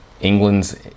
England's